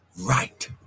right